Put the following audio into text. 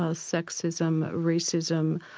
ah sexism, racism,